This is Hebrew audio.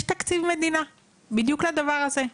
יש תקציב מדינה בדיוק לדבר הזה.